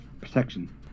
protection